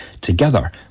Together